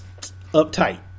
uptight